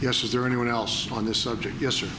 yes was there anyone else on this subject yesterday